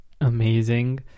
amazing